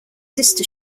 sister